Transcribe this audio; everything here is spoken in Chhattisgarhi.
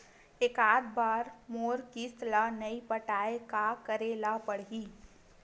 एकात बार मोर किस्त ला नई पटाय का करे ला पड़ही?